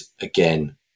again